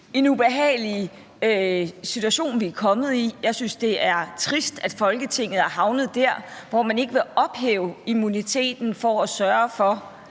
på en ubehagelig situation, vi er kommet i. Jeg synes, det er trist, at Folketinget er havnet der, hvor man ikke vil ophæve immuniteten for i